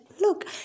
look